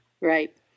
Right